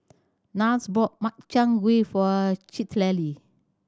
Niles bought Makchang Gui for Citlalli